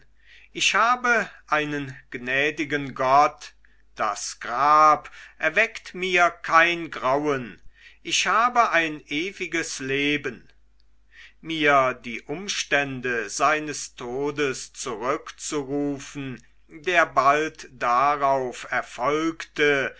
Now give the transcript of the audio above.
ich habe einen gnädigen gott das grab erweckt mir kein grauen ich habe ein ewiges leben mir die umstände seines todes zurückzurufen der bald darauf erfolgte